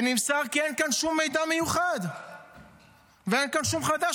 ונמסר כי אין כאן שום מידע מיוחד ואין כאן שום חדש.